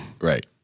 Right